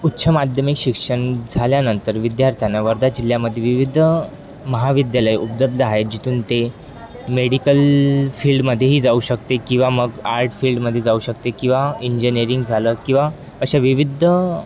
उच्च माध्यमिक शिक्षण झाल्यानंतर विद्यार्थ्यांना वर्धा जिल्ह्यामध्ये विविध महाविद्यालयं उपलब्ध आहे जिथून ते मेडिकल फील्डमध्येही जाऊ शकते किंवा मग आर्ट फील्डमध्ये जाऊ शकते किंवा इंजिनिरिंग झालं किंवा अशा विविध